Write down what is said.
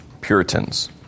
Puritans